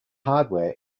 hardware